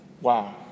wow